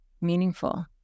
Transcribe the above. meaningful